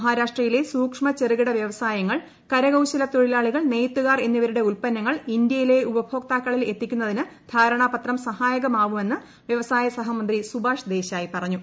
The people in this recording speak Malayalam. മഹാരാഷ്ട്രയിലെ സൂക്ഷ്മ ചെറുകിട വൃവസായങ്ങൾ കരകൌശല തൊഴിലാളികൾ നെയ്ത്തുകാർ എന്നിവരുടെ ഉത്പന്നങ്ങൾ ഇന്തൃയിലെ ഉപഭോക്താക്കളിൽ എത്തിക്കുന്നതിന് ധാരണാപത്രം സഹായകമാവുമെന്ന് വൃവസായ സഹമന്ത്രി സുബാഷ് ദേശായി പറഞ്ഞു